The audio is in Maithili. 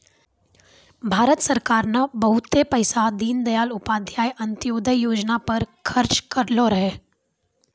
भारत सरकार ने बहुते पैसा दीनदयाल उपाध्याय अंत्योदय योजना पर खर्च करलो रहै